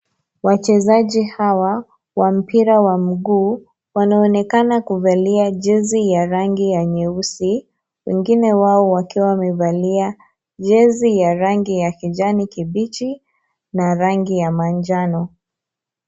Wachezaji hawa wa mpira wa mguu wanaonekana kuvalia jezi ya rangi ya nyeusi wengine wao wakiwa wamevalia jezi ya rangi ya kibichi na rangi ya manjano.